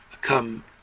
come